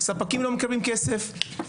ספקים לא מקבלים כסף,